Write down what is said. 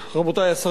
רבותי השרים,